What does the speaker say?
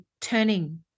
turning